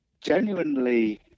genuinely